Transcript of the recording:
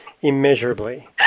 immeasurably